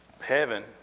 heaven